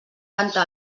canta